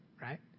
right